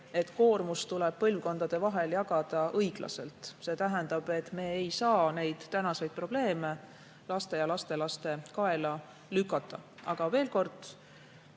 et koormus tuleb põlvkondade vahel jagada õiglaselt. See tähendab, et me ei saa praeguseid probleeme laste ja lastelaste kaela lükata. Aga veel kord: